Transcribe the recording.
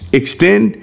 extend